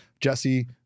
Jesse